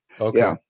Okay